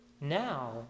now